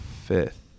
fifth